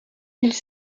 ils